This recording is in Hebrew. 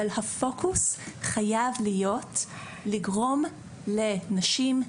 אבל הפוקוס חייב להיות לגרום לנשים,